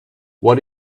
what